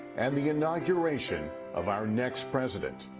and the inauguration of our next president.